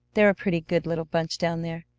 they're a pretty good little bunch down there.